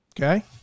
Okay